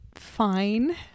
fine